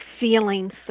Feeling